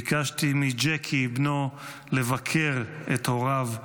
ביקשתי מג'קי, בנו, לבקר את הוריו.